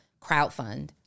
crowdfund